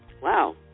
wow